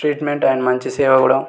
treatment and మంచి సేవ కూడా